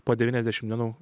po devyniasdešim dienų